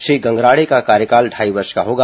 श्री गंगराड़े का कार्यकाल ढ़ाई वर्ष का होगा